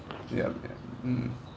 yup yup mm